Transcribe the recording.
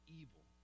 evil